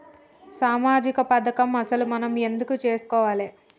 సామాజిక పథకం అసలు మనం ఎందుకు చేస్కోవాలే?